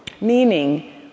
meaning